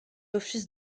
office